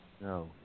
No